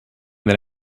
than